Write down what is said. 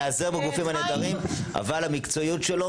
להיעזר בגופים הנעדרים אבל המקצועיות שלו